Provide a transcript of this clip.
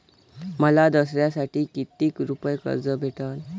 मले दसऱ्यासाठी कितीक रुपये कर्ज भेटन?